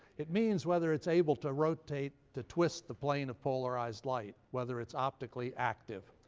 it means whether it's able to rotate, to twist the plane of polarized light whether it's optically active.